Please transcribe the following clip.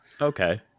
Okay